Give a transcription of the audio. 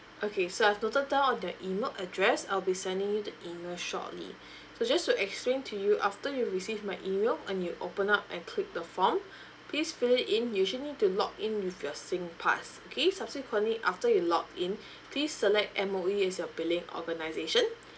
okay so I've noted down of your email address I'll be sending you the email shortly so just to explain to you after you receive my email and you open up and click the form please fill it in you just need to log in with your singpass okay subsequently after you log in please select M_O_E as your billing organisation